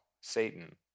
Satan